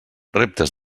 reptes